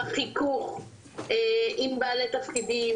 בחיכוך עם בעלי תפקידים,